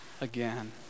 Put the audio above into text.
again